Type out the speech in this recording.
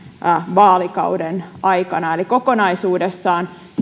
vaalikauden aikana eli kokonaisuudessaan